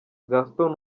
gaston